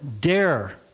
dare